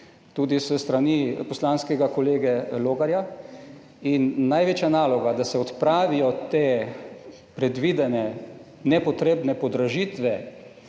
tudi s strani poslanskega kolega Logarja in največja naloga, da se odpravijo te predvidene nepotrebne podražitve,